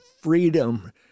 freedom